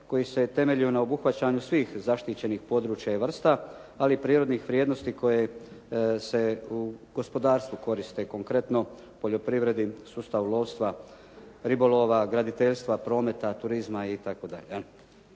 koji se temeljio na obuhvaćanju svih zaštićenih područja i vrsta, ali i prirodnih vrijednosti koje se u gospodarstvu koriste konkretno poljoprivredi, sustavu lovstva, ribolova, graditeljstva, prometa, turizma i